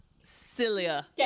cilia